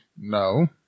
No